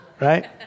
right